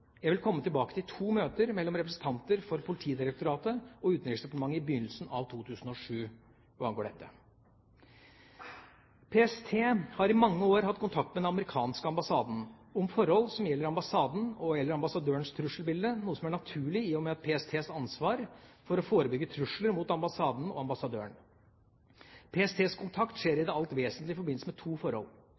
Jeg vil komme tilbake til to møter mellom representanter for Politidirektoratet og Utenriksdepartementet i begynnelsen av 2007 hva angår dette. PST har i mange år hatt kontakt med den amerikanske ambassaden om forhold som gjelder ambassadens og/eller ambassadørens trusselbilde, noe som er naturlig i og med PSTs ansvar for å forebygge trusler mot ambassaden og ambassadøren. PSTs kontakt skjer i det alt vesentlige i forbindelse med to forhold: